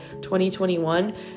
2021